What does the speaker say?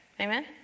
Amen